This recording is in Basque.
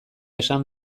esan